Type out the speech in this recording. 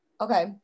Okay